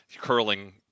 curling